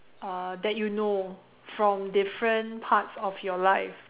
uh that you know from different parts of your life